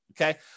Okay